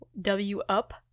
W-up